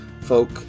folk